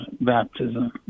baptism